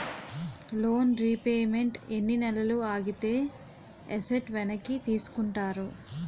Loan repayment ఎన్ని నెలలు ఆగితే ఎసట్ వెనక్కి తీసుకుంటారు?